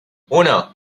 uno